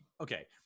okay